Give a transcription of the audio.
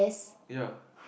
ya